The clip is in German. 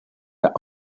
der